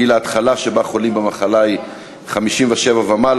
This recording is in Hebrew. גיל ההתחלה של המחלה הוא 57 ומעלה,